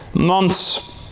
months